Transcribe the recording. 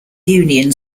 union